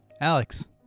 Alex